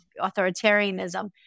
authoritarianism